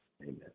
amen